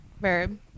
Verb